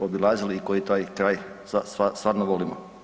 obilazili i koji taj kraj stvarno volimo.